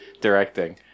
directing